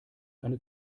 eine